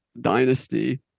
Dynasty